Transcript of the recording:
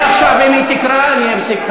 מעכשיו, אם היא תקרא, אני אפסיק.